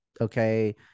okay